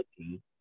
Okay